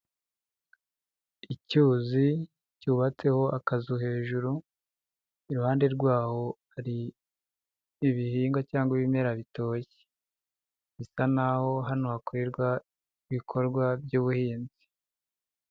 Icyuzi cyubatseho akazu hejuru, iruhande rwaho hari ibihingwa cyangwa ibimera bitoshye, bisa naho hano hakorerwa ibikorwa by'ubuhinzi.